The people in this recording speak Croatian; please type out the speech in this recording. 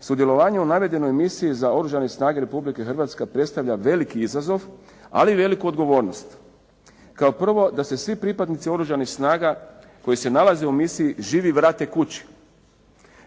Sudjelovanje u navedenoj misiji za Oružane snage Republike Hrvatske predstavlja veliki izazov, ali i veliku odgovornost. Kao prvo, da se svi pripadnici Oružanih snaga koji se nalaze u misiji, živi vrate kući